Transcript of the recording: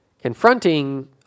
confronting